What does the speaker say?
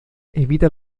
evita